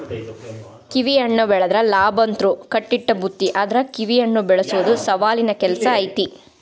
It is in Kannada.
ಕಿವಿಹಣ್ಣ ಬೆಳದ್ರ ಲಾಭಂತ್ರು ಕಟ್ಟಿಟ್ಟ ಬುತ್ತಿ ಆದ್ರ ಕಿವಿಹಣ್ಣ ಬೆಳಸೊದು ಸವಾಲಿನ ಕೆಲ್ಸ ಐತಿ